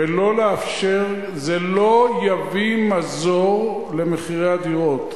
ולא לאפשר, זה לא יביא מזור למחירי הדירות.